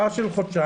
פער של חודשיים,